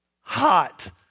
hot